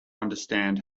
understand